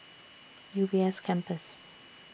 U B S Campus